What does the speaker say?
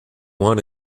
want